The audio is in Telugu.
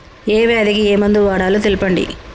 ఏ వ్యాధి కి ఏ మందు వాడాలో తెల్పండి?